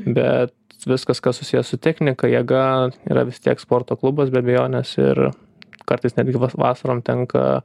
bet viskas kas susiję su technika jėga yra vis tiek sporto klubas be abejonės ir kartais netgi vas vasaromis tenka